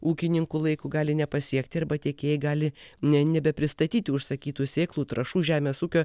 ūkininkų laiku gali nepasiekti arba tiekėjai gali nebe pristatyti užsakytų sėklų trąšų žemės ūkio